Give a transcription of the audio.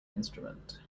instrument